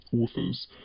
authors